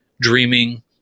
dreaming